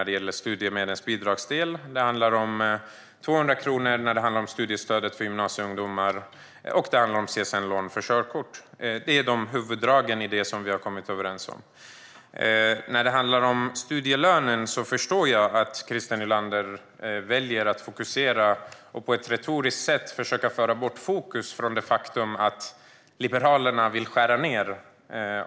Det handlar också om 200 kronor i studiestödet för gymnasieungdomar och om CSN-lån för körkort. Det är huvuddragen i det som vi har kommit överens om. När det handlar om studielönen förstår jag att Christer Nylander väljer att på ett retoriskt sätt försöka föra bort fokus från det faktum att Liberalerna vill skära ned.